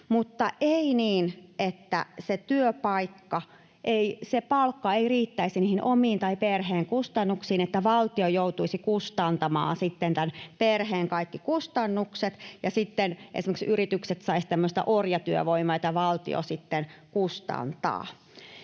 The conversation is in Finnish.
Mutta ei niin, että se työpaikka, se palkka, ei riittäisi niihin omiin tai perheen kustannuksiin, niin että valtio joutuisi kustantamaan sitten tämän perheen kaikki kustannukset ja esimerkiksi yritykset saisivat tämmöistä orjatyövoimaa, jota valtio sitten kustantaa.